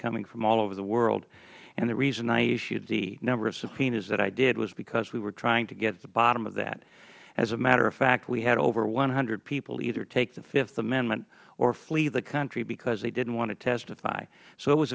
coming from all over the world and the reason i issued the number of subpoenas that i did was because we were trying to get at the bottom of that as a matter of fact we had over one hundred people either take the fifth amendment or flee the country because they didn't want to testify so it was